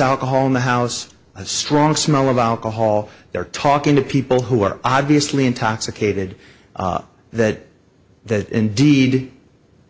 alcohol in the house a strong smell of alcohol there talking to people who are obviously intoxicated that that indeed